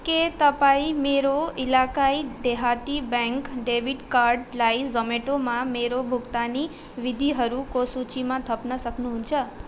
के तपाईँ मेरो इलाकाई देहाती ब्याङ्क डेबिट कार्डलाई जोम्याटोमा मेरो भुक्तानी विधिहरूको सूचीमा थप्न सक्नुहुन्छ